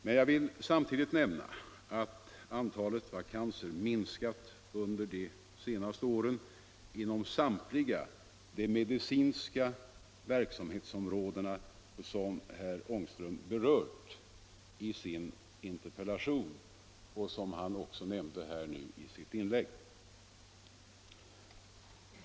Men jag vill samtidigt nämna att antalet vakanser minskat under de senaste åren inom samtliga de medicinska verksamhetsområden som herr Ångström berört i sin interpellation och som han också nämnde i sitt inlägg.